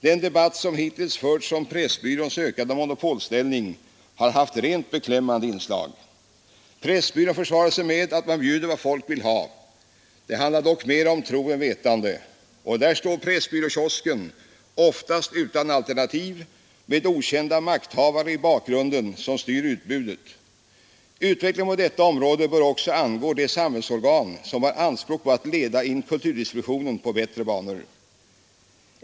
Den debatt som hittills förts om Pressbyråns ökade monopolställning har haft rent beklämmande inslag. Pressbyrån försvarar sig med att man bjuder vad folk vill ha. Det handlar dock mer om tro än om vetande. Och där står Pressbyråkiosken, oftast utan alternativ, med okända makthavare i bakgrunden som styr utbudet. Utvecklingen på detta område bör också angå de samhällsorgan som har anspråk på att leda in kulturdistributionen på bättre banor.